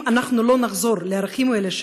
אם אנחנו לא נחזור לערכים האלה,